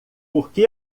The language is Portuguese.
porque